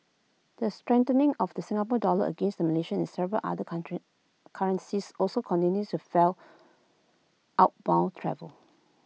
the strengthening of the Singapore dollar against the Malaysian and several other currencies also continues to fuel outbound travel